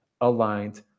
aligned